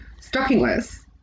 stockingless